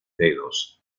dedos